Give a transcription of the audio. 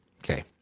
Okay